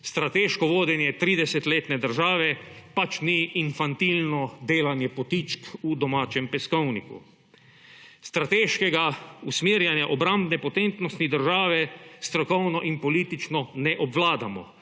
Strateško vodenje 30-letne države pač ni infantilno delanje potičk v domačem peskovniku. Strateškega usmerjanja obrambne potentnosti države strokovno in politično ne obvladamo.